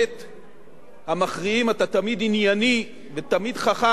המכריעים, אתה תמיד ענייני ותמיד חכם ותמיד שוקל.